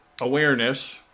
awareness